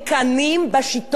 אפשר היה רק לקנא.